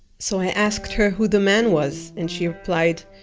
so i asked her who the man was, and she replied,